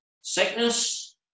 sickness